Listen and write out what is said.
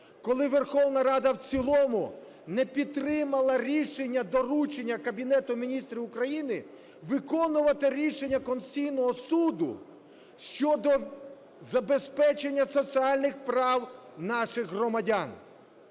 коли Верховна Рада в цілому не підтримала рішення, доручення Кабінету Міністрів України виконувати рішення Конституційного Суду щодо забезпечення соціальних прав наших громадян.